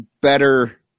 better